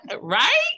Right